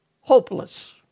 hopeless